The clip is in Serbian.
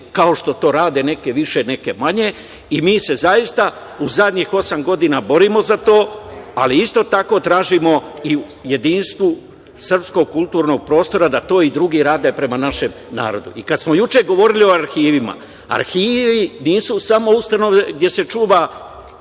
kao što to rade neke više neke manje. Mi se zaista u zadnjih osam godina borimo za to, ali isto tako tražimo i u jedinstvu srpskog kulturnog prostora, da i to drugi rade prema našem narodu. Kada smo juče govorili o arhivima. Arhivi nisu samo ustanove gde se čuva